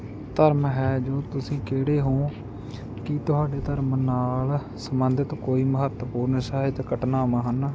ਧਰਮ ਹੈ ਜੋ ਤੁਸੀਂ ਕਿਹੜੇ ਹੋ ਕੀ ਤੁਹਾਡੇ ਧਰਮ ਨਾਲ ਸੰਬੰਧਿਤ ਕੋਈ ਮਹੱਤਵਪੂਰਨ ਸਹਾਇਤ ਘਟਨਾਵਾਂ ਹਨ